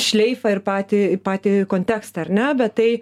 šleifą ir patį patį kontekstą ar ne bet tai